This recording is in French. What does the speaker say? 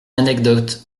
anecdote